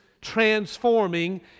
transforming